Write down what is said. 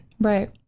Right